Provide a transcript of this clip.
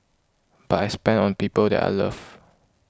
but I spend on people that I love